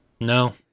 No